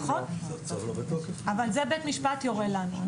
נכון, אבל זה בית משפט יורה לנו.